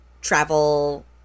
travel